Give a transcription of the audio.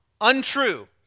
untrue